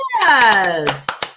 yes